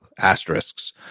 asterisks